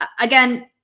again